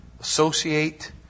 Associate